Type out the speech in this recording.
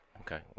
Okay